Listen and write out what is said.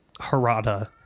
Harada